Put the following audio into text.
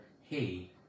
Hey